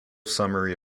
summary